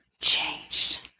changed